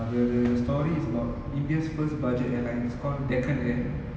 and the way suriya comes back in this industry right it's just mind-blowing